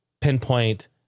pinpoint